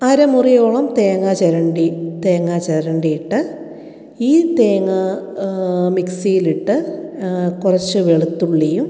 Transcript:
അര മുറിയോളം തേങ്ങ ചിരണ്ടി തേങ്ങാ ചിരണ്ടിയിട്ട് ഈ തേങ്ങ മിക്സിയിലിട്ട് കുറച്ചു വെളുത്തുള്ളിയും